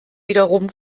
wiederum